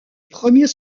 premier